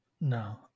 No